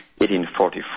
1844